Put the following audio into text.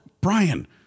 Brian